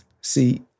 See